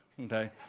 okay